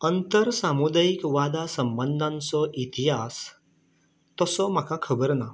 अंतर सामुदायीक वादा सबंदांचो इतिहास तसो म्हाका खबर ना